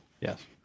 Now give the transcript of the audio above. yes